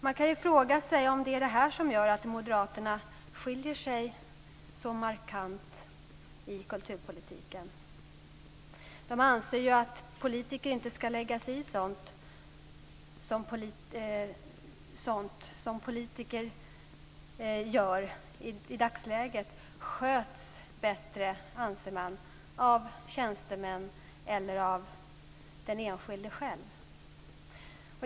Man kan fråga sig om det är det som gör att moderaterna skiljer sig så markant i kulturpolitiken. De anser ju att politiker inte ska lägga sig i sådant som politiker gör i dagsläget. Det anser man sköts bättre av tjänstemän eller av den enskilde själv.